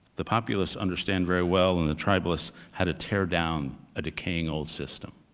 the populists understand very well, and the tribalists, how to tear down a decaying old system.